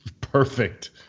perfect